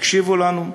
הקשיבו לנו.